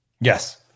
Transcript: Yes